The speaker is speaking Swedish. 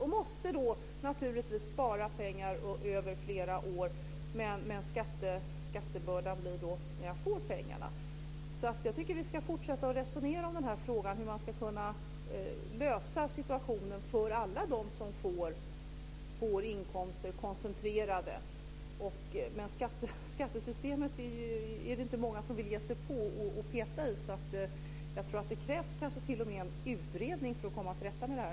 Då måste jag naturligtvis spara pengar över flera år, men skattebördan kommer när jag får pengarna. Jag tycker alltså att vi ska fortsätta resonera om den här frågan och se hur man ska kunna lösa situationen för alla dem som får inkomster koncentrerat. Men skattesystemet är det inte många som vill ge sig på och peta i. Jag tror att det kanske t.o.m. krävs en utredning för att komma till rätta med det här.